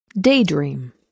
Daydream